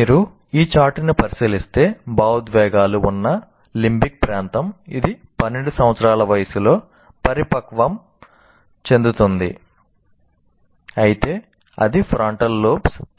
మీరు ఈ చార్టును పరిశీలిస్తే భావోద్వేగాలు ఉన్న లింబిక్